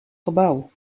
gebouw